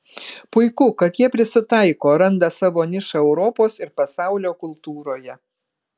puiku kad jie prisitaiko randa savo nišą europos ir pasaulio kultūroje